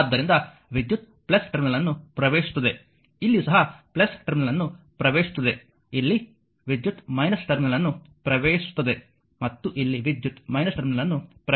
ಆದ್ದರಿಂದ ವಿದ್ಯುತ್ ಟರ್ಮಿನಲ್ ಅನ್ನು ಪ್ರವೇಶಿಸುತ್ತದೆ ಇಲ್ಲಿ ಸಹ ಟರ್ಮಿನಲ್ ಅನ್ನು ಪ್ರವೇಶಿಸುತ್ತದೆ ಇಲ್ಲಿ ವಿದ್ಯುತ್ ಟರ್ಮಿನಲ್ ಅನ್ನು ಪ್ರವೇಶಿಸುತ್ತದೆ ಮತ್ತು ಇಲ್ಲಿ ವಿದ್ಯುತ್ ಟರ್ಮಿನಲ್ ಅನ್ನು ಪ್ರವೇಶಿಸುತ್ತದೆ